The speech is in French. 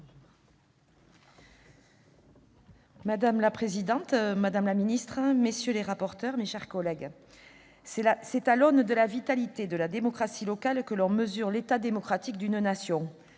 Madame la présidente, madame la ministre, messieurs les rapporteurs, mes chers collègues, c'est à l'aune de la vitalité de la démocratie locale que l'on mesure l'état démocratique d'une nation.